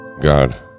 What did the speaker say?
God